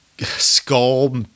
skull